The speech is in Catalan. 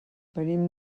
venim